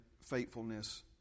faithfulness